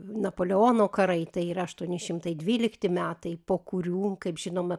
napoleono karai tai yra aštuoni šimtai dvylikti metai po kurių kaip žinoma